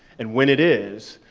and when it is,